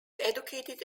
educated